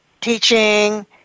teaching